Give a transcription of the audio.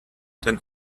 than